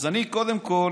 אז אני קודם כול